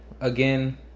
Again